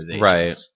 Right